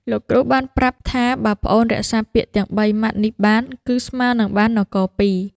លោកគ្រូបានប្រាប់ថាបើប្អូនរក្សាពាក្យទាំងបីម៉ាត់នេះបាន គឺស្មើនឹងបាននគរពីរ។